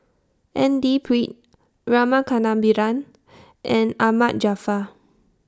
N D Pritt Rama Kannabiran and Ahmad Jaafar